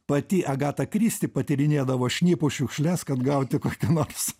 pati agata kristi patyrinėdavo šnipų šiukšles kad gauti kokių nors